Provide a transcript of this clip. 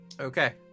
Okay